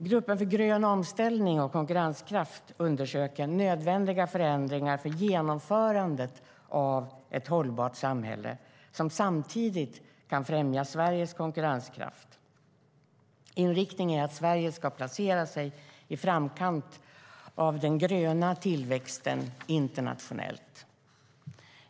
Gruppen Grön omställning och konkurrenskraft undersöker nödvändiga förändringar för genomförandet av ett hållbart samhälle som samtidigt kan främja Sveriges konkurrenskraft. Inriktningen är att Sverige ska placera sig i framkant av den gröna tillväxten internationellt.